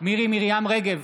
מירי מרים רגב,